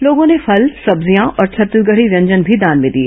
लोगों ने फल सब्जियां और छत्तीसगढी व्यंजन भी दान में दिए